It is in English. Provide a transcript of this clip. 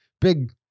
big